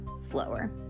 slower